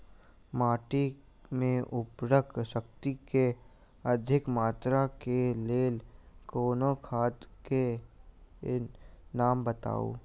माटि मे उर्वरक शक्ति केँ अधिक मात्रा केँ लेल कोनो खाद केँ नाम बताऊ?